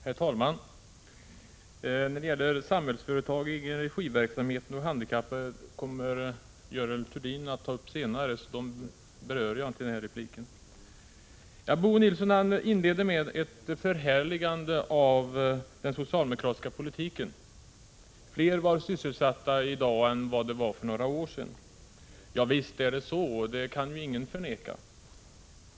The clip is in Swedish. Herr talman! Frågorna om Samhällsföretag, egenregiverksamheten och handikappade kommer Görel Thurdin att ta upp senare, så dem berör jag inte i den här repliken. Bo Nilsson inledde med ett förhärligande av den socialdemokratiska politiken. Fler personer var sysselsatta i dag än för några år sedan. Ja, visst är det så, det kan ju ingen förneka.